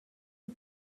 the